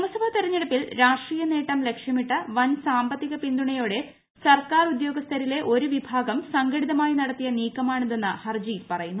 നിയമസഭാ തെരഞ്ഞെടുപ്പിൽ രാഷ്ട്രീയ് നേട്ടം ലക്ഷ്യമിട്ട് വൻ സാമ്പത്തിക പിന്തുണയോടെ സർക്കാർ ഉദ്യോഗസ്ഥരിലെ ഒരു വിഭാഗം സംഘടിതമായി നടത്തിയ നീക്കമാണിതെന്ന് ഹർജിയിൽ പറയുന്നു